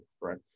right